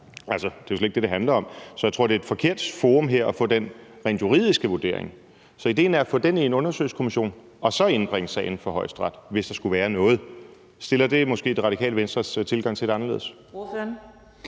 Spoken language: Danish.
EU er. Det er jo slet ikke det, det handler om, så jeg tror, det her er et forkert forum at få den rent juridiske vurdering. Så idéen er at få den ind i en undersøgelseskommission, og så indbringe sagen for Højesteret, hvis der skulle være noget. Stiller det måske Radikale Venstres tilgang til det anderledes?